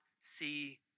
see